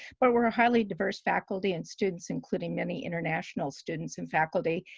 but we're ah highly diverse faculty and students including many international students and faculty.